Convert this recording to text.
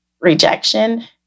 rejection